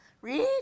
Read